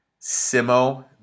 Simo